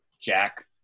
jack